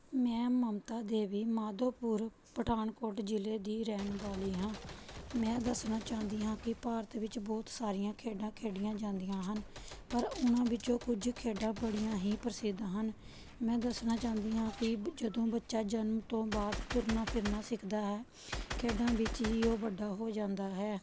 ਮੈਂ ਮਮਤਾ ਦੇਵੀ ਮਾਧੋਪੁਰ ਪਠਾਨਕੋਟ ਜ਼ਿਲ੍ਹੇ ਦੀ ਰਹਿਣ ਵਾਲੀ ਹਾਂ ਮੈਂ ਦੱਸਣਾ ਚਾਹੁੰਦੀ ਹਾਂ ਕਿ ਭਾਰਤ ਵਿੱਚ ਬਹੁਤ ਸਾਰੀਆਂ ਖੇਡਾਂ ਖੇਡੀਆਂ ਜਾਂਦੀਆਂ ਹਨ ਪਰ ਉਹਨਾਂ ਵਿੱਚੋਂ ਕੁਝ ਖੇਡਾਂ ਬੜੀਆਂ ਹੀ ਪ੍ਰਸਿੱਧ ਹਨ ਮੈਂ ਦੱਸਣਾ ਚਾਹੁੰਦੀ ਹਾਂ ਕਿ ਜਦੋਂ ਬੱਚਾ ਜਨਮ ਤੋਂ ਬਾਅਦ ਤੁਰਨਾ ਫਿਰਨਾ ਸਿੱਖਦਾ ਹੈ ਖੇਡਾਂ ਵਿੱਚ ਹੀ ਉਹ ਵੱਡਾ ਹੋ ਜਾਂਦਾ ਹੈ